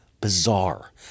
bizarre